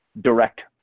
direct